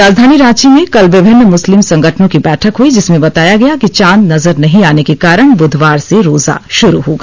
राजधानी रांची में कल विंभिन्न मुस्लिम संगठनों की बैठक हुई जिसमें बताया गया कि चांद नजर नहीं आने के कारण बुधवार से रोजा शुरू होगा